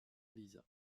elisa